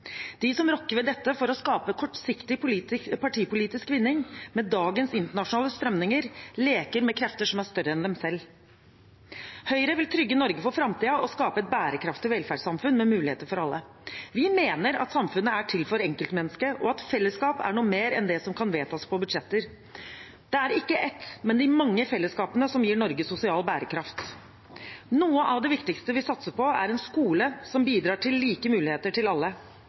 De som rokker ved dette for å skape kortsiktig partipolitisk vinning – med dagens internasjonale strømninger – leker med krefter som er større enn dem selv. Høyre vil trygge Norge for framtiden og skape et bærekraftig velferdssamfunn med muligheter for alle. Vi mener at samfunnet er til for enkeltmennesket, og at fellesskap er noe mer enn det som kan vedtas i budsjetter. Det er ikke ett fellesskap, men de mange fellesskapene, som gir Norge sosial bærekraft. Noe av det viktigste vi satser på, er en skole som bidrar til like muligheter til alle.